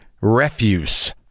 refuse